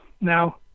now